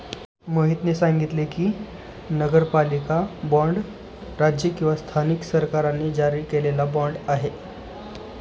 मोहितने सांगितले की, नगरपालिका बाँड राज्य किंवा स्थानिक सरकारांनी जारी केलेला बाँड आहे